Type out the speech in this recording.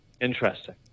Interesting